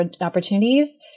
opportunities